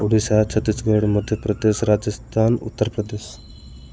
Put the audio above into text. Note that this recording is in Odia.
ଓଡ଼ିଶା ଛତିଶଗଡ଼ ମଧ୍ୟପ୍ରଦେଶ ରାଜସ୍ଥାନ ଉତ୍ତରପ୍ରଦେଶ